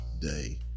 day